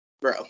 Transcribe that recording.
bro